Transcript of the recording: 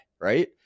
Right